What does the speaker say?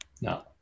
No